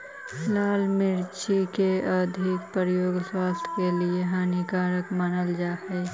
लाल मिर्च के अधिक प्रयोग स्वास्थ्य के लिए हानिकारक मानल जा हइ